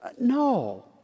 No